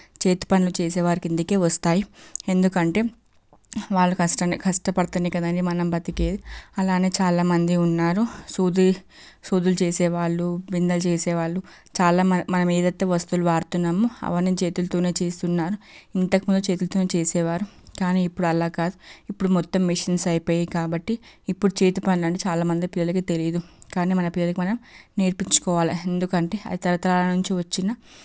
చేతి పనులు చేసేవారికిందికే వస్తాయి ఎందుకంటే వాళ్ళు కష్టంగా కష్టపడితేనే కదండీ బతికేది అలానే చాలామంది ఉన్నారు సూది సూదులు చేసేవాళ్ళు బిందెలు చేసేవాళ్ళు చాలామంది మనం ఏది అయితే వస్తువులు వాడుతున్నామో అవన్నీ చేతులతోనే చేస్తున్నారు ఇంతకుముందు చేతులతోనే చేసేవారు కాని ఇప్పుడు అలా కాదు ఇప్పుడు మొత్తం మిషన్స్ అయిపోయాయి కాబట్టి ఇప్పుడు చేతి పనులు అంటే చాలామంది పిల్లలకి తెలియదు కానీ మన పిల్లలకి మనం నేర్పించుకోవాలి ఎందుకంటే అది తరతరాల నుంచి వచ్చిన